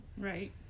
right